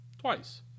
twice